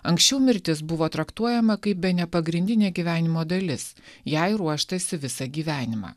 anksčiau mirtis buvo traktuojama kaip bene pagrindinė gyvenimo dalis jai ruoštasi visą gyvenimą